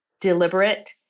deliberate